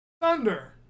Thunder